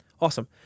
awesome